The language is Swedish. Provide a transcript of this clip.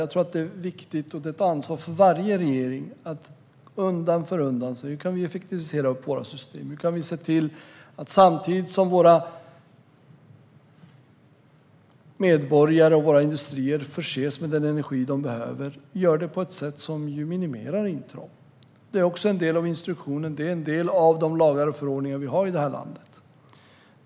Jag tror också att det är viktigt - och det är ett ansvar för varje regering - att undan för undan se hur vi kan effektivisera våra system och hur vi kan se till att våra medborgare och våra industrier förses med den energi de behöver på ett sätt som minimerar intrång. Det är också en del av instruktionen. Det är en del av de lagar och förordningar vi har i det här landet.